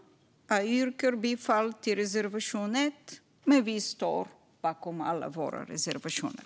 Jag yrkar bifall enbart till reservation l, men vi står bakom alla våra reservationer.